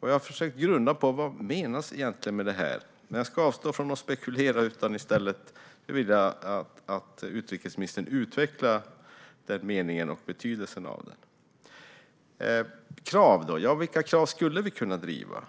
Jag har grunnat på vad som egentligen menas med detta. Jag ska dock avstå från att spekulera och i stället låta utrikesministern utveckla meningen och betydelsen av den. Vad är det då för krav som vi skulle kunna driva?